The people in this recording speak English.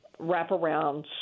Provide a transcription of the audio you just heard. wraparound